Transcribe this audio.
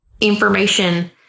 information